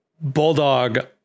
bulldog